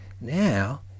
Now